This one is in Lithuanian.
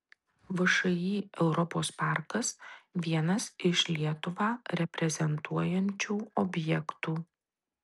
všį europos parkas vienas iš lietuvą reprezentuojančių objektų